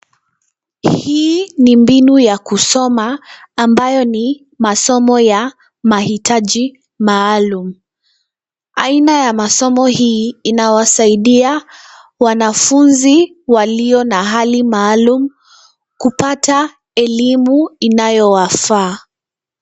Hii ni mbinu ya kusoma ambayo ni masomo ya mahitaji maalum. Aina ya msomo hii, inawasaidia wanafunzi walio na hali maalum kupata elimu inayowafaa.